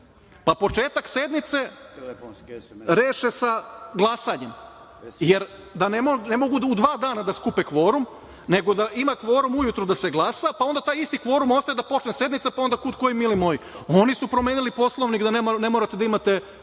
Pa početak sednice reše sa glasanjem, jer ne mogu u dva dana da skupe kvorum, nego ima kvorum ujutru da se glasa, pa onda taj isti kvorum ostaje dok počne sednica, pa onda kud koji, mili moji. Oni su promenili Poslovnik, da ne morate da imate